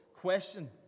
question